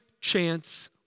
chance